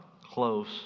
close